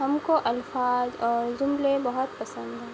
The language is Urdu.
ہم کو الفاظ اور جملے بہت پسند ہیں